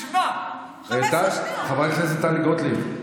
חברת הכנסת טלי גוטליב.